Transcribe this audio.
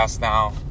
now